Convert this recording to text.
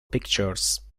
pictures